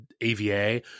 AVA